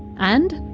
and,